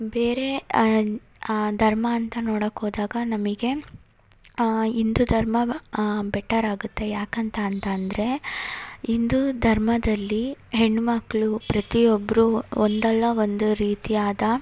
ಬೇರೆ ಆ ಧರ್ಮ ಅಂತ ನೋಡಕ್ಕೆ ಹೋದಾಗ ನಮಗೆ ಹಿಂದೂ ಧರ್ಮವೇ ಬೆಟರ್ ಆಗುತ್ತೆ ಯಾಕಂತ ಅಂತ ಅಂದರೆ ಹಿಂದೂ ಧರ್ಮದಲ್ಲಿ ಹೆಣ್ಣುಮಕ್ಳು ಪ್ರತಿಯೊಬ್ಬರೂ ಒಂದಲ್ಲ ಒಂದು ರೀತಿಯಾದ